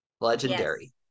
legendary